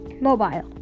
mobile